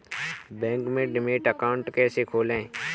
Bank में demat account कैसे खोलें?